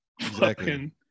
Fucking-